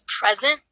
present